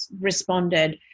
responded